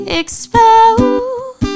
exposed